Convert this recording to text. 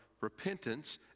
repentance